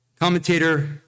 commentator